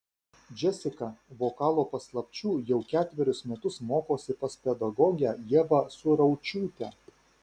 džesika vokalo paslapčių jau ketverius metus mokosi pas pedagogę ievą suraučiūtę